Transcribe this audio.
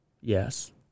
Yes